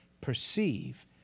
perceive